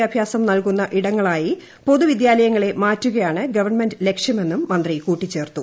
വിദ്യാഭ്യാസം നൽക്കൂന്നു ഇടങ്ങളായി പൊതുവിദ്യാലയങ്ങളെ മാറ്റുകയാണ് ഗവൺമെന്റ് ലക്ഷ്യമെന്നും മന്ത്രി കൂട്ടിച്ചേർത്തു